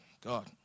God